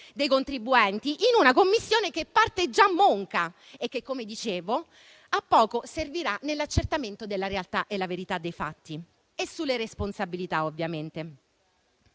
dei contribuenti in una Commissione che parte già monca e che, come dicevo, a poco servirà nell'accertamento della realtà, della verità dei fatti e delle responsabilità.